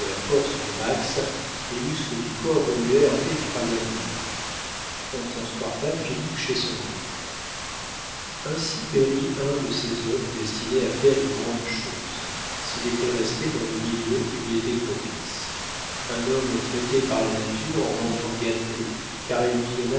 force de max les muscles du corps remuèrent effroyablement on transporta philippe chez son oncle ainsi périt un de ces hommes destinés à faire de grandes choses s'il était resté dans le milieu qui lui était propice un homme traité par la nature en enfant gâté car elle lui